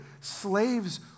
slaves